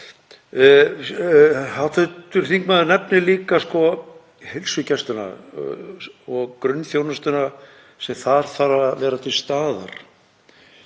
Hv. þingmaður nefnir líka heilsugæsluna og grunnþjónustuna sem þar þarf að vera til staðar.